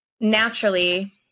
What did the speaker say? naturally